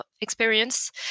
experience